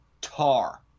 tar